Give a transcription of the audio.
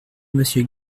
monsieur